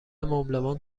مبلمان